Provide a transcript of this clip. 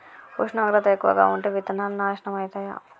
ఉష్ణోగ్రత ఎక్కువగా ఉంటే విత్తనాలు నాశనం ఐతయా?